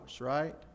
right